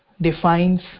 defines